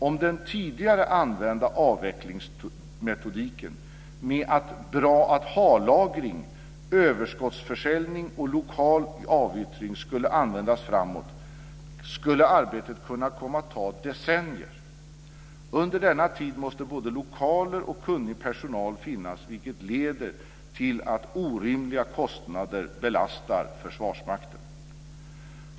Om den tidigare använda avvecklingsmetodiken med bra-att-halagring, överskottsförsäljning och lokal avyttring skulle användas skulle arbetet kunna komma att ta decennier. Under denna tid måste både lokaler och kunnig personal finnas, vilket leder till att orimliga kostnader belastar Försvarsmakten.